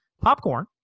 popcorn